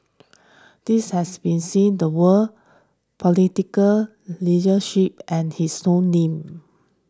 this has been seen the world political leadership and his own name